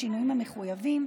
בשינויים המחויבים,